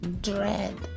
Dread